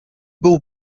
był